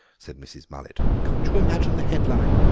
said mrs. mullet can't you imagine the headline,